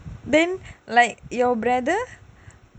then like your brother